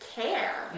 care